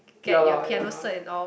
ya lah ya lah